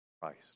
Christ